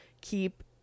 keep